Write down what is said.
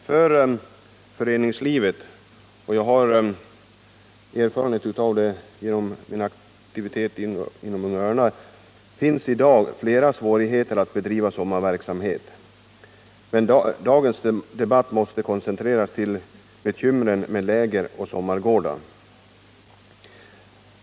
Inom föreningslivet har man i dag — och själv har jag erfarenhet som tidigare aktiv inom Unga örnar — stora svårigheter att bedriva sommarverksamhet, men dagens debatt måste koncentreras till bekymren med lägeroch sommargårdar.